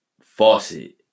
faucet